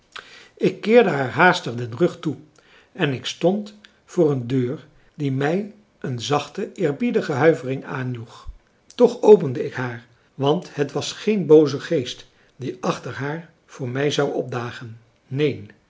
ik keerde haar haastig den rug toe en ik stond voor een deur die mij een zachte eerbiedige huivering aanjoeg toch opende ik haar want het was geen booze geest die achter haar voor mij zou opdagen neen